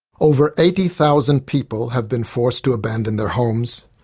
over eighty thousand people have been forced to abandon their homes.